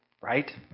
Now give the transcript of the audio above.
Right